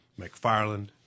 McFarland